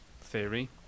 theory